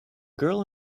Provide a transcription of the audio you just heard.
girl